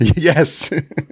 Yes